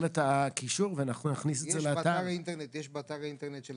יש אכיפה באמצעות זה.